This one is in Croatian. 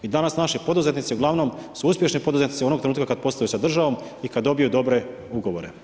I danas naši poduzetnici su uglavnom uspješni poduzetnici onog trenutka kada posluju sa državom i kada dobiju dobre ugovore.